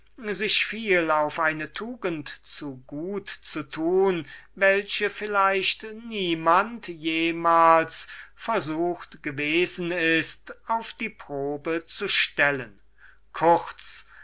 sich viel auf eine tugend zu gut zu tun welche vielleicht niemand jemals versucht gewesen ist auf die probe zu stellen wir